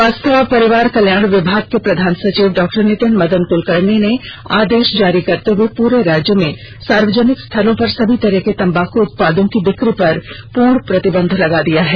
स्वास्थ्य और परिवार कल्याण विभाग के प्रधान सचिव डॉ नितिन मदन कुलकर्णी ने आदेष जारी करते हुए पूरे राज्य में सार्वजनिक स्थलों पर सभी तरह के तम्बाकू उत्पादों की बिकी पर पूर्ण प्रतिबंध लगा दिया है